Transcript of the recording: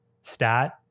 stat